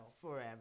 Forever